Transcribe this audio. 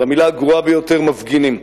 והמלה הגרועה ביותר: מפגינים.